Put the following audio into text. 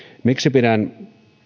miksi pidän